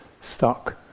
stuck